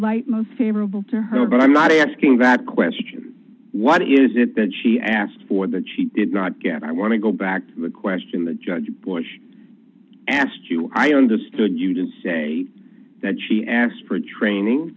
light most favorable to her but i'm not asking that question what is it that she asked for that she did not get i want to go back to the question the judge bush asked you i understood you didn't say that she asked for a training